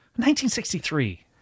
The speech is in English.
1963